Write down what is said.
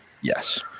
yes